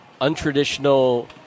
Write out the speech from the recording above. untraditional